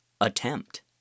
attempt